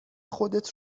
خودت